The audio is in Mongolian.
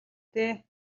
дээ